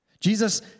Jesus